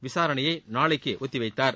விசாரணையை நாளைக்கு ஒத்தி வைத்தார்